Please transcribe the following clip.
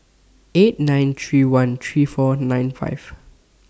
eight nine three one three four nine five